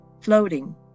floating